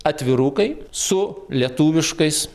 atvirukai su lietuviškais